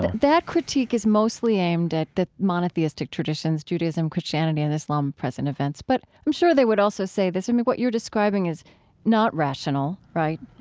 that critique is mostly aimed at the monotheistic traditions judaism, christianity and islam, present events but i'm sure they would also say this, i mean, what you're describing is not rational, right,